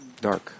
dark